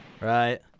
Right